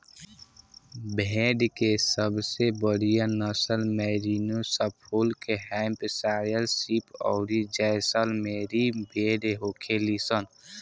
भेड़ के सबसे बढ़ियां नसल मैरिनो, सफोल्क, हैम्पशायर शीप अउरी जैसलमेरी भेड़ होखेली सन